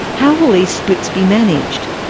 how will these splits be managed?